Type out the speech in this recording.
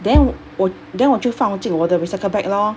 then 我 then 我就放进我的 recycle bag lor